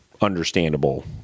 understandable